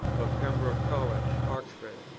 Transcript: of pembroke college, oxford,